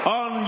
on